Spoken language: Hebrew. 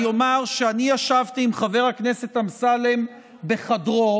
אני אומר שישבתי עם חבר הכנסת אמסלם בחדרו,